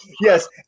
Yes